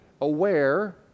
aware